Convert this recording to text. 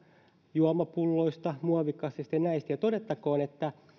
juomapulloista muovikasseista ja näistä todettakoon että